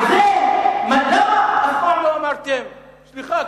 למה אף פעם לא אמרתם: סליחה,